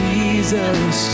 Jesus